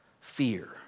fear